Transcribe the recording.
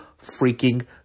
freaking